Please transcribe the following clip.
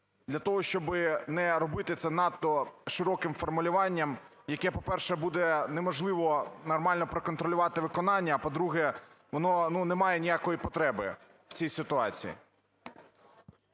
Для того, щоби не робити це надто широким формулюванням, яке, по-перше, буде неможливо нормально проконтролювати виконання, а, по-друге, воно, ну, немає ніякої потреби в цій ситуації.